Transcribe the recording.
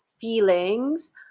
feelings